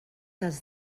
els